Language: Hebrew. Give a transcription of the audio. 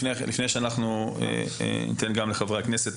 לפני שאני אתן את רשות הדיבור לחברי הכנסת